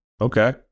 Okay